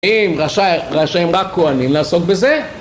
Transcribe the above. אם רשאים רק כהנים לעסוק בזה